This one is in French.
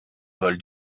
vol